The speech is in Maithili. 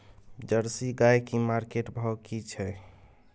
जर्सी गाय की मार्केट भाव की छै?